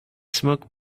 smoke